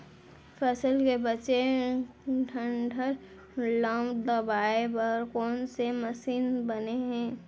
फसल के बचे डंठल ल दबाये बर कोन से मशीन बने हे?